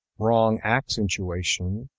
wrong accentuation,